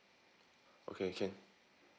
okay can